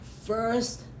First